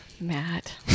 Matt